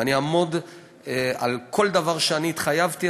ואני אעמוד על כל דבר שאני התחייבתי,